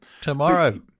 Tomorrow